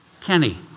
Kenny